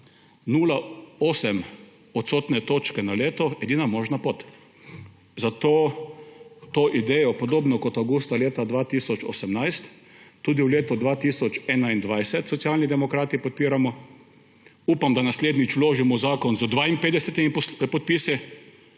točke na leto edina možna pot. Zato to idejo podobno kot avgusta leta 2018 tudi v letu 2021 Socialni demokrati podpiramo. Upam, da naslednjič vložimo zakon z 52 podpisi.